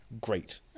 great